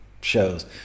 shows